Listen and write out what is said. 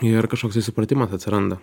ir kažkoks tai supratimas atsiranda